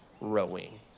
rowing